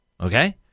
Okay